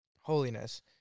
holiness